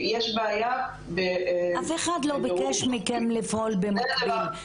יש בעיה --- אף אחד לא ביקש מכם לפעול במקביל.